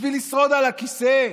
בשביל לשרוד על הכיסא.